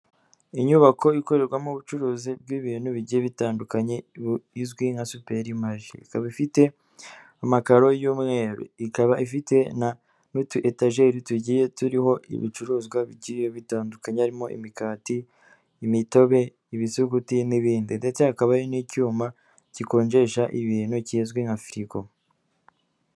Inyubako ikorerwamo ubucuruzi bw'ibintu bigiye bitandukanye, izwi nka superi marishe, ikaba ifite makaro y'umweru, ikaba ifite n'utu etaje tugiye turiho ibicuruzwa bigiye bitandukanye, haririmo imigati, imitobe, ibizuguti n'ibindi ndetse hakaba n'icyuma gikonjesha ibintu kizwi nka firigo.